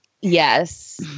Yes